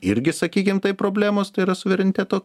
irgi sakykim taip problemos tai yra suvereniteto